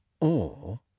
Or